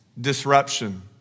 disruption